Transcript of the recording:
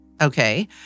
Okay